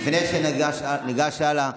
לפני שניגש הלאה,